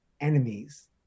enemies